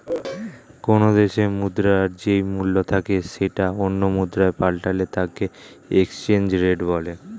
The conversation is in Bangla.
কোনো দেশের মুদ্রার যেই মূল্য থাকে সেটা অন্য মুদ্রায় পাল্টালে তাকে এক্সচেঞ্জ রেট বলে